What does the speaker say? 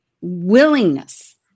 willingness